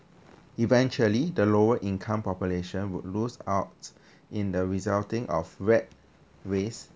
eventually the lower income population would lose out in the resulting of rat race